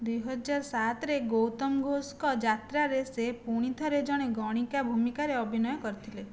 ଦୁଇହଜାର ସାତରେ ଗୌତମ ଘୋଷଙ୍କ ଯାତ୍ରାରେ ସେ ପୁଣିଥରେ ଜଣେ ଗଣିକା ଭୂମିକାରେ ଅଭିନୟ କରିଥିଲେ